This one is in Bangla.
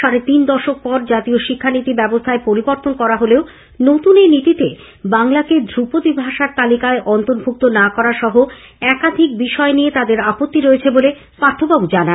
সাড়ে তিন দশক পরে জাতীয় শিক্ষানীতি ব্যবস্থায় পরিবর্তন করা হলেও নতুন এই নীতিতে বাংলাকে ধ্রুপদী ভাষার তালিকায় অন্তর্ভূক্ত না করা সহ একাধিক বিষয় নিয়ে আপত্তি রয়েছে বলে পার্থবাবু জানান